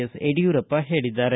ಎಸ್ಯಡಿಯೂರಪ್ಪ ಹೇಳಿದ್ದಾರೆ